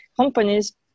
companies